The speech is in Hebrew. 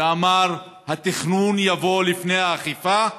ואמר: התכנון יבוא לפני האכיפה,